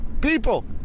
People